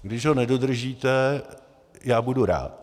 Když ho nedodržíte, já budu rád.